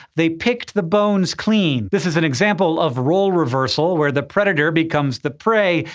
they picked the bones clean. this is an example of role reversal, where the predator becomes the prey,